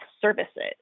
services